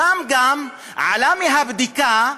שם גם עלה מהבדיקה,